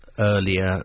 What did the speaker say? earlier